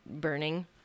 burning